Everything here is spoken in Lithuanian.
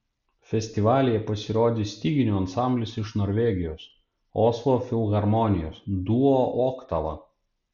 festivalyje pasirodys styginių ansamblis iš norvegijos oslo filharmonijos duo oktava